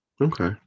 Okay